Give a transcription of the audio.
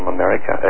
America